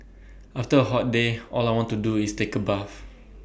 after A hot day all I want to do is take A bath